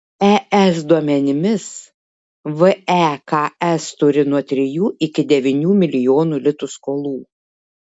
es duomenimis veks turi nuo trijų iki devynių milijonų litų skolų